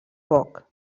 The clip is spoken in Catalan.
poc